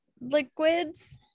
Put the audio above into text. liquids